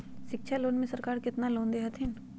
शिक्षा लोन में सरकार केतना लोन दे हथिन?